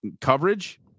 Coverage